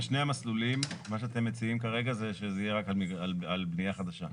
בשני המסלולים מה שאתם מציעים כרגע זה שזה יהיה רק על בנייה חדשה.